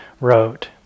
wrote